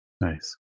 Nice